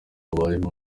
abayeho